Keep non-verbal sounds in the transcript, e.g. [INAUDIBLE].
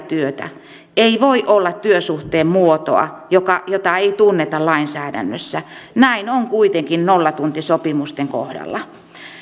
[UNINTELLIGIBLE] työtä ei voi olla työsuhteen muotoa jota ei tunneta lainsäädännössä näin on kuitenkin nollatuntisopimusten kohdalla